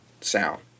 sound